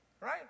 Right